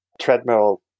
treadmill